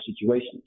situations